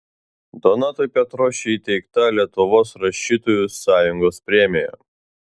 donatui petrošiui įteikta lietuvos rašytojų sąjungos premija